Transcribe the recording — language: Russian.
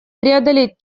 преодолеть